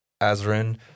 Azrin